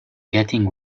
getting